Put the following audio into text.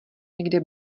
někde